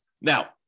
Now